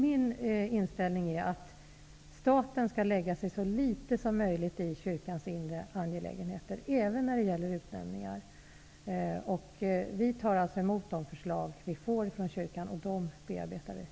Min inställning är att staten skall så litet som möjligt lägga sig i kyrkans inre angelägenheter. Det gäller även utnämningar. Vi tar emot de förslag som vi får från kyrkan och bearbetar dem.